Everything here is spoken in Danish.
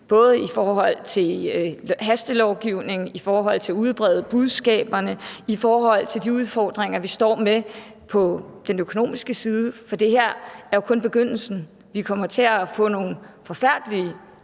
både i forhold til hastelovgivning, i forhold til at udbrede budskaberne og i forhold til de udfordringer, vi står med på den økonomiske side, for det her er jo kun begyndelsen. Vi kommer til at få nogle forfærdelige